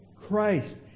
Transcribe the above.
Christ